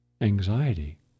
anxiety